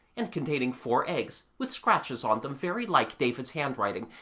and containing four eggs, with scratches on them very like david's handwriting,